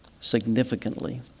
significantly